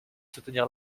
soutenir